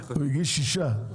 הוא הגיש שישה,